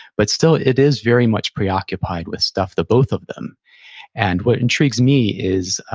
but still, it is very much preoccupied with stuff, the both of them and what intrigues me is,